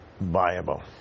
viable